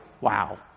wow